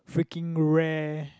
freaking rare